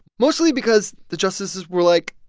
mostly because the justices were like,